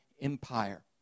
empire